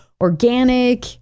organic